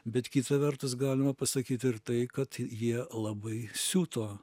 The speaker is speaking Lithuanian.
bet kita vertus galima pasakyt ir tai kad jie labai siuto